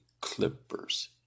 Clippers